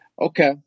okay